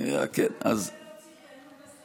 אולי כדאי להוציא רענון לשרים.